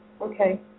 okay